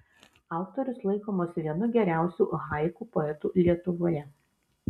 autorius laikomas vienu geriausiu haiku poetų lietuvoje